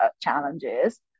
challenges